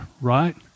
right